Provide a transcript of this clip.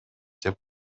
деп